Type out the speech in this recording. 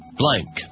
blank